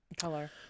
color